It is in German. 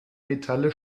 metalle